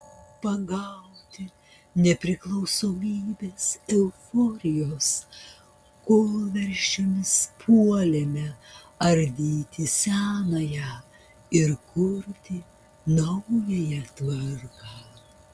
pagauti nepriklausomybės euforijos kūlvirsčiomis puolėme ardyti senąją ir kurti naująją tvarką